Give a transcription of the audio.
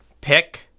pick